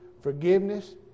forgiveness